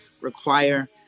require